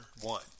one